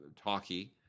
talkie